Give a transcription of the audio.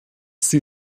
sie